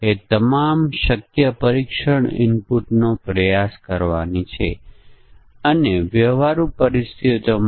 input variable વચ્ચે logical સંબંધ input વેરીએબલ્સના સબસેટ શામેલ ગણતરી અને ઇનપુટ અને આઉટપુટ વચ્ચે કારણ અસર સંબંધ છે